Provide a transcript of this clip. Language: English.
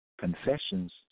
confessions